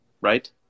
right